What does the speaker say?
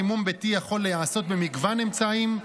חימום ביתי יכול להיעשות במגוון אמצעים,